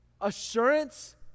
assurance